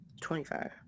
25